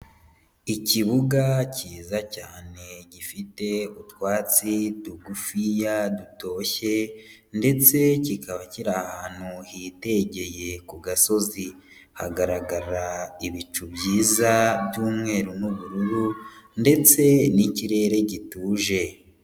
Ikibuga cyiza cyane gifite utwatsi tugufiya dutoshye ndetse kikaba kiri ahantu hitegeye ku gasozi, hagaragara ibicu byiza by'umweru n'ubururu ndetse n'ikirere gituje.